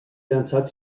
llançat